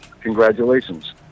Congratulations